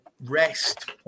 rest